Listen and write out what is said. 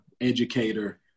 educator